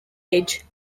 edge